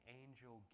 angel